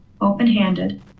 open-handed